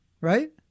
right